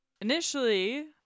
initially